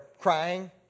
crying